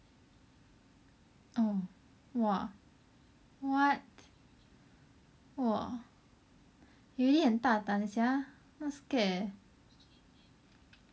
oh !wah! what !wah! really 很大胆 sia not scared leh